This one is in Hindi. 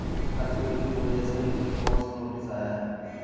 कर चोरी की वजह से मुझे कोर्ट से नोटिस आया है